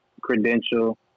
credential